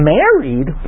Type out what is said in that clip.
married